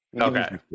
Okay